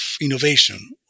innovation